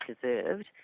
deserved